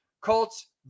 Colts